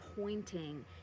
pointing